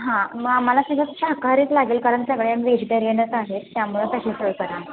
हां मग आम्हाला सुद्धा शाकाहारीच लागेल कारण सगळ्या व्जिटेरियनच आहेत त्यामुळं तशी सोय करा